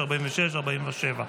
46 ו-47.